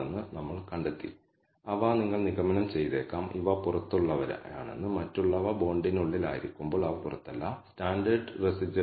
അതിനാൽ ഈ മൂല്യങ്ങളിൽ നിന്ന് നിങ്ങൾക്ക് നിഗമനം ചെയ്യാം β̂₀ സിഗ്നിഫിക്കന്റ് അല്ല എന്ന് അതായത് β̂₀ 0 എന്നത് ന്യായമായ ഒരു സിദ്ധാന്തമാണ് β̂1 0 അല്ല എന്നത് ന്യായമായ ഒരു സിദ്ധാന്തമാണ്